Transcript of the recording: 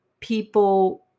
people